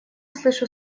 слышу